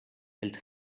hält